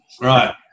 Right